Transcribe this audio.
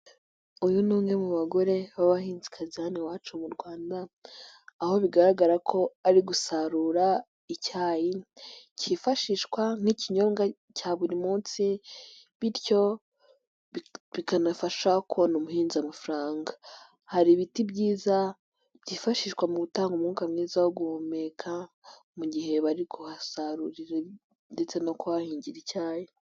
Uyu ni umwe mu bagore b'abahinzikazi hano iwacu mu Rwanda aho bigaragara ko ari gusarura icyayi kifashishwa nk'ikinyobwa cya buri munsi, bityo bikanafasha kubona umuhinzi amafaranga, hari ibiti byiza byifashishwa mu gutanga umwuka mwiza wo guhumeka mu gihe bari kuhasarurira ndetse no kuhahingira icyayi.